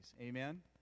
Amen